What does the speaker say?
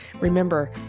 Remember